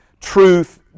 truth